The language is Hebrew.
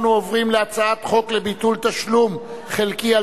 אנחנו עוברים להצעת חוק לביטול תשלום חלקי של